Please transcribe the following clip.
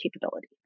capability